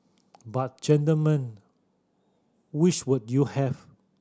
but gentlemen which would you have